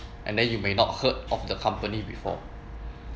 and then you may not heard of the company before